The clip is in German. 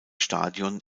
stadion